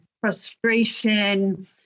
frustration